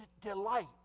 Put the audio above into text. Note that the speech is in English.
delight